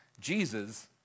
Jesus